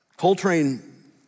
Coltrane